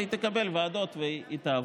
והיא תקבל ועדות והיא תעבוד.